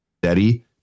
steady